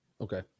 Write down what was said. Okay